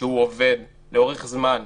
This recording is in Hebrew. שעובד לאורך זמן,